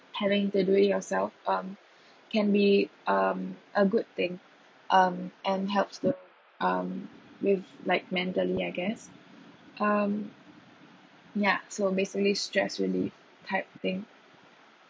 having to do it yourself um can be um a good thing um and helps the um with like mentally I guess um ya so basically stress relief type thing